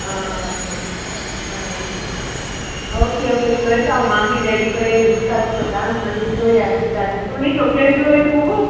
आं आं okay okay चोयता हांव मामी डॅडी कडे डिसकास कोता मागीर चोया किदें जाता तुमी चोगले जी वयता मुगो